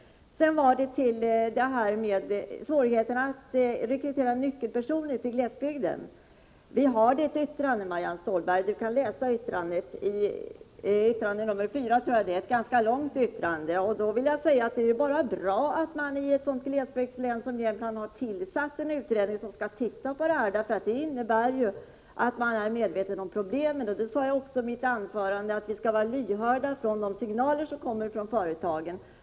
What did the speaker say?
När det gäller svårigheterna att rekrytera nyckelpersoner till glesbygden vill jag till Marianne Stålberg säga att vi har tagit upp det i ett särskilt yttrande, som Marianne Stålberg kan läsa; det är yttrande nr 3, ett ganska långt yttrande. Det är bara bra att man i ett sådant glesbygdslän som Jämtland har tillsatt en utredning som skall se över detta. Det innebär ju att man är medveten om problemen. Jag sade också i mitt anförande att vi skall vara lyhörda för de signaler som kommer från företagen.